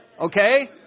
Okay